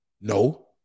No